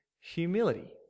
humility